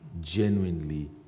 genuinely